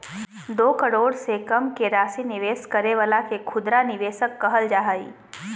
दो करोड़ से कम के राशि निवेश करे वाला के खुदरा निवेशक कहल जा हइ